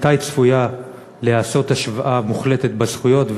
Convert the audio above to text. מתי צפויה להיעשות השוואה מוחלטת בזכויות,